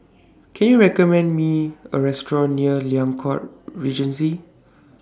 Can YOU recommend Me A Restaurant near Liang Court Regency